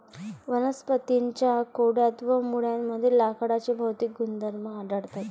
वनस्पतीं च्या खोडात व मुळांमध्ये लाकडाचे भौतिक गुणधर्म आढळतात